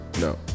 no